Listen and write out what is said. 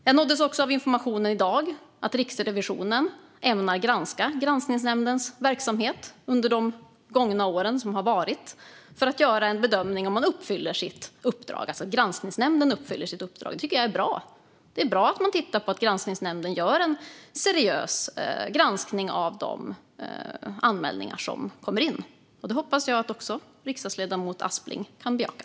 Jag nåddes i dag av informationen att Riksrevisionen ämnar granska Granskningsnämndens verksamhet under de gångna åren för att göra en bedömning om Granskningsnämnden uppfyller sitt uppdrag. Det tycker jag är bra. Det är bra att man tittar på om Granskningsnämnden gör en seriös granskning av de anmälningar som kommer in. Det hoppas jag att även riksdagsledamoten Aspling kan bejaka.